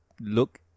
look